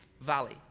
valley